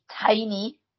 tiny